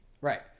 Right